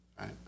right